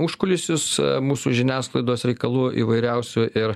užkulisius mūsų žiniasklaidos reikalų įvairiausių ir